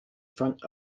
front